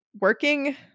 working